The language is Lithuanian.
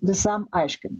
visam aiškin